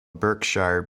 berkshire